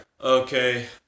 Okay